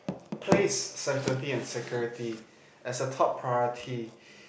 place safety and security as the top priority